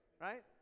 Right